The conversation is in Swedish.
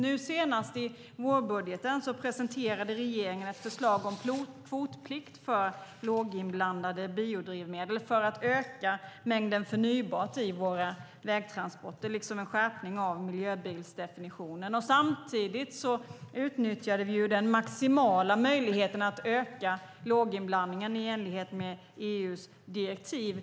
Nu senast i vårbudgeten presenterade regeringen ett förslag om kvotplikt för låginblandade biodrivmedel, för att öka mängden förnybart i våra vägtransporter, liksom en skärpning av miljöbilsdefinitionen. Samtidigt utnyttjade vi den maximala möjligheten att öka låginblandningen i enlighet med EU:s direktiv.